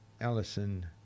allison